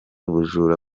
ubujura